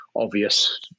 obvious